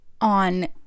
on